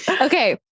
Okay